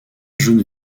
jaune